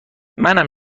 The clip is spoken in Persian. منم